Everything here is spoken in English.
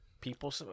People